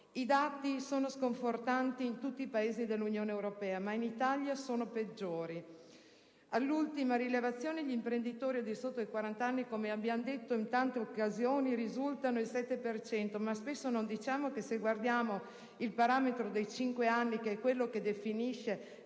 I dati sono sconfortanti in tutti i Paesi dell'Unione europea, ma in Italia sono peggiori. All'ultima rilevazione, gli imprenditori al di sotto dei quarant'anni, come abbiamo detto in tante occasioni, risultavano essere il 7 per cento, ma se guardiamo il parametro dei 35 anni, che è quello che definisce la